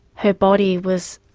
her body was,